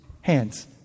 hands